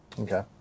Okay